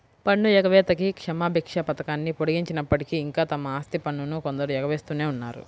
పన్ను ఎగవేతకి క్షమాభిక్ష పథకాన్ని పొడిగించినప్పటికీ, ఇంకా తమ ఆస్తి పన్నును కొందరు ఎగవేస్తూనే ఉన్నారు